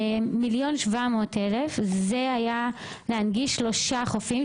1,7 מיליון זה היה להנגיש שלושה חופים.